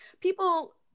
People